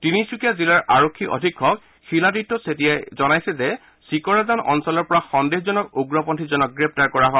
তিনিচুকীয়া জিলাৰ আৰক্ষী অধীক্ষক শিলাদিত্য চেতিয়াই জনাইছে যে চিকৰাজান অঞ্চলৰ পৰা সন্দেহজনক উগ্ৰপন্থীজনক গ্ৰেপ্তাৰ কৰা হয়